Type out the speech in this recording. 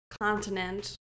continent